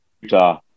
Utah